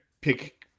pick